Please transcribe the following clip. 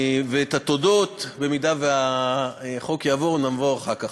את התודות, במידה שהחוק יעבור, נבוא אחר כך.